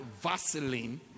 Vaseline